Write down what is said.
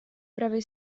prawej